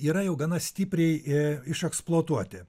yra jau gana stipriai i išeksploatuoti